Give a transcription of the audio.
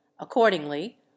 accordingly